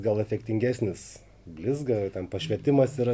gal efektingesnis blizga ten pašvietimas yra